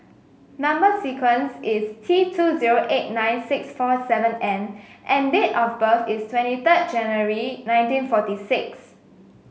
number sequence is T two zero eight nine six four seven N and date of birth is twenty third January nineteen forty six